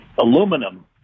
aluminum